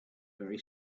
very